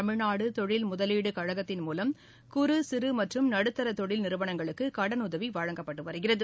தமிழ்நாடு தொழில் முதலீடு கழகத்தின் மூலம் குறு சிறு மற்றும் நடுத்தர தொழில் நிறுவனங்களுக்கு கடனுதவி வழங்கப்பட்டு வருகிறது